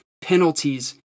Penalties